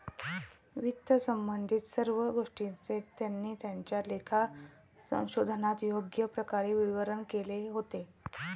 वित्तसंबंधित सर्व गोष्टींचे त्यांनी त्यांच्या लेखा संशोधनात योग्य प्रकारे विवरण केले होते